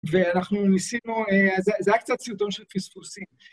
ואנחנו ניסינו אה... זה היה קצת סרטון של פספוסים.